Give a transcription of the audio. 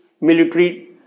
military